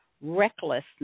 recklessness